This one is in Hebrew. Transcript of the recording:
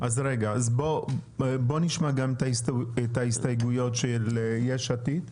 בוא נשמע גם את ההסתייגויות של יש עתיד.